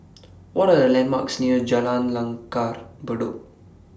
What Are The landmarks near Jalan Langgar Bedok